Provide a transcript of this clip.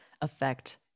affect